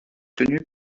tenue